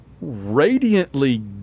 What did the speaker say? radiantly